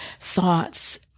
thoughts